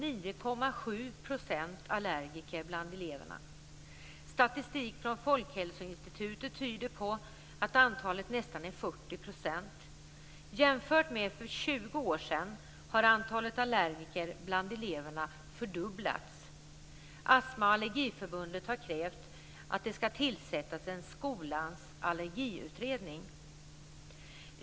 I allergiker bland eleverna. Statistik från Folkhälsoinstitutet tyder på att antalet nästan är 40 %. Jämfört med för 20 år sedan har antalet allergiker bland eleverna fördubblats. Astma och allergiförbundet har krävt att det skall tillsättas en skolans allergiutredning.